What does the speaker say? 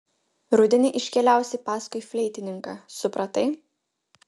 rudenį iškeliausi paskui fleitininką supratai